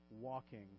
walking